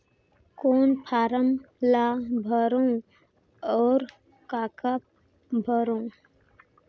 कौन फारम ला भरो और काका भरो?